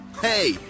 Hey